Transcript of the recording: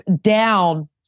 down